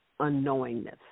unknowingness